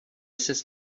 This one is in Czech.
ses